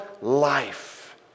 life